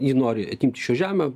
jie nori atimt iš jo žemę